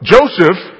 Joseph